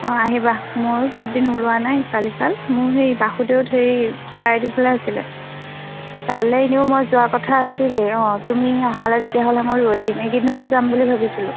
অঁ আহিবা ময়ো বহুত দিন ওলোৱা নাই ইফাল সিফাল মোৰ সেই বাসুদেউত হেৰি শৰাই দিবলৈ আছিলে তালে এনেও মই যোৱা কথা আছিলেই অঁ তুমি অহালৈ তেতিয়াহ'লে মই ৰৈ দিম এইদিনতে যাম বুলি ভাবিছিলোঁ